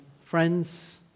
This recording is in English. friends